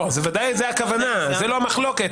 ודאי זו הכוונה, לא על זה המחלוקת.